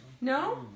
No